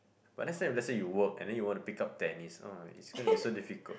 but let's say let's say you work and then you want to pick up tennis oh it's going to be so difficult